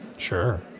Sure